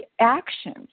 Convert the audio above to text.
actions